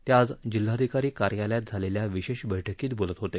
ते आज जिल्हाधिकारी कार्यालयात झालेल्या विशेष बैठकीत बोलत होते